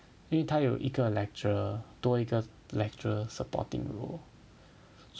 因为它有一个 lecturer 多一个 lecturer supporting role